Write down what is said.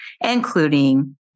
including